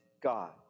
God